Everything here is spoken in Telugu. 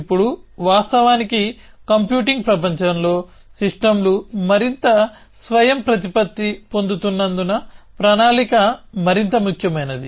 ఇప్పుడు వాస్తవానికి కంప్యూటింగ్ ప్రపంచంలో సిస్టమ్లు మరింత స్వయంప్రతిపత్తి పొందుతున్నందున ప్రణాళిక మరింత ముఖ్యమైనది